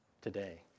today